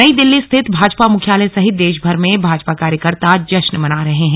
नई दिल्ली स्थित भाजपा मुख्यालय सहित देशभर में भाजपा कार्यकर्ता जश्न मना रहे हैं